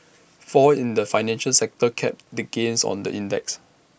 falls in the financial sector capped the gains on the index